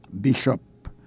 bishop